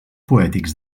poètics